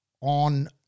on